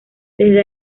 desde